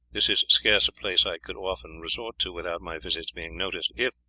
this is scarce a place i could often resort to without my visits being noticed, if,